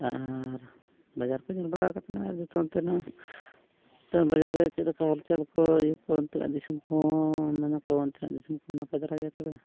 ᱟᱨ ᱵᱟᱡᱟᱨ ᱠᱚ ᱧᱮᱞ ᱵᱟᱲᱟ ᱠᱟᱛᱮᱫ ᱡᱚᱛᱚ ᱚᱱᱛᱮᱱᱟᱜ ᱵᱟᱡᱟᱨ ᱨᱮ ᱪᱮᱫ ᱞᱮᱠᱟ ᱦᱟᱞᱪᱟᱞ ᱠᱚ ᱤᱭᱟᱹ ᱠᱚ ᱚᱱᱛᱮᱱᱟᱜ ᱫᱤᱥᱚᱢ ᱠᱚ ᱢᱮᱱᱟᱠᱚ ᱚᱱᱛᱮᱱᱟᱜ ᱫᱤᱥᱚᱢ ᱠᱚ ᱱᱟᱯᱟᱭ ᱫᱷᱟᱨᱟ ᱜᱮᱭᱟ ᱛᱚᱵᱮ